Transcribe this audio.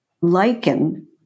Lichen